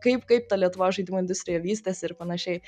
kaip kaip ta lietuvos žaidimų industrija vystėsi ir panašiai